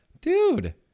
Dude